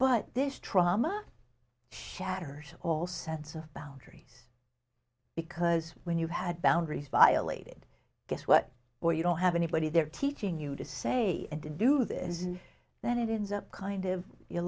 but this trauma shatters all sense of boundaries because when you had boundaries violated guess what or you don't have anybody there teaching you to say and to do this and then it ends up kind of you